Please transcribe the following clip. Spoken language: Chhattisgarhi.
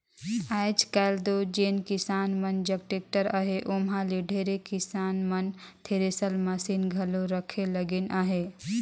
आएज काएल दो जेन किसान मन जग टेक्टर अहे ओमहा ले ढेरे किसान मन थेरेसर मसीन घलो रखे लगिन अहे